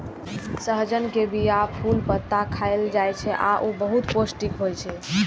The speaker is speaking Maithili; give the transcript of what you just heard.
सहजन के बीया, फूल, पत्ता खाएल जाइ छै आ ऊ बहुत पौष्टिक होइ छै